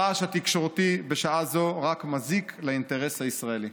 הרעש התקשורתי בשעה זו רק מזיק לאינטרס הישראלי.